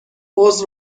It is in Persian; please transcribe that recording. حوض